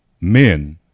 men